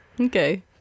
Okay